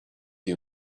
you